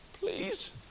please